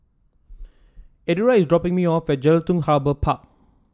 Eduardo is dropping me off at Jelutung Harbour Park